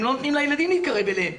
הם לא נותנים לילדים להתקרב אליהם,